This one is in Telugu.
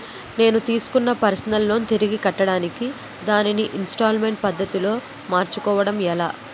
నేను తిస్కున్న పర్సనల్ లోన్ తిరిగి కట్టడానికి దానిని ఇంస్తాల్మేంట్ పద్ధతి లో మార్చుకోవడం ఎలా?